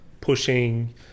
pushing